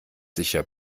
sicher